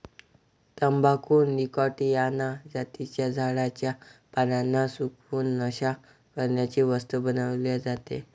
तंबाखू निकॉटीयाना जातीच्या झाडाच्या पानांना सुकवून, नशा करण्याची वस्तू बनवली जाते